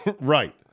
Right